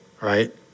right